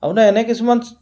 আপোনাৰ এনে কিছুমান